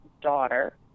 daughter